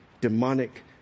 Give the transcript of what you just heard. demonic